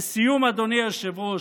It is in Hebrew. לסיום, אדוני היושב-ראש,